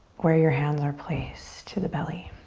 where your hands are placed, to the belly.